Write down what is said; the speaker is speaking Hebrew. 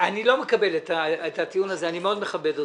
אני לא מקבל את הטיעון הזה, אני מאוד מכבד אתכם.